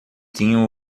tinham